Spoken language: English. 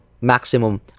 maximum